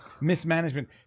mismanagement